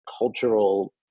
cultural